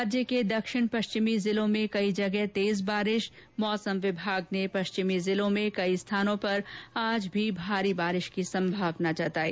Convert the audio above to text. राज्य के दक्षिण पश्चिमी जिलों में कई जगह तेज बारिश मौसम विभाग ने पश्चिमी जिलों में कई स्थानों पर आज भी भारी बारिश की संभावना जताई